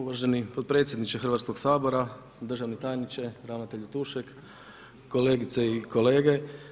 Uvaženi potpredsjedniče Hrvatskog sabora, državni tajniče, ravnatelju Tušek, kolegice i kolege.